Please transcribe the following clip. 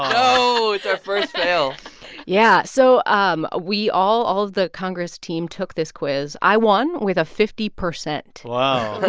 oh no, it's our first fail yeah, so um ah we all all of the congress team took this quiz. i won with a fifty percent wow